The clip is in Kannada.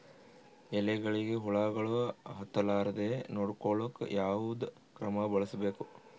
ಎಲೆಗಳಿಗ ಹುಳಾಗಳು ಹತಲಾರದೆ ನೊಡಕೊಳುಕ ಯಾವದ ಕ್ರಮ ಬಳಸಬೇಕು?